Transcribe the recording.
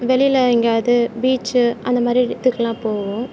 வெளியில் எங்கேயாது பீச்சு அந்த மாதிரி இடத்துக்குலாம் போவோம்